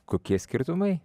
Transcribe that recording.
kokie skirtumai